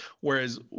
Whereas